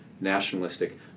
nationalistic